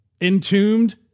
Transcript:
Entombed